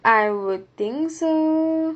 I would think so